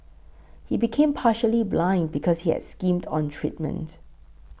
he became partially blind because he had skimmed on treatment